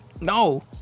No